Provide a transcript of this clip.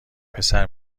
پسر